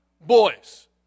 boys